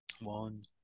One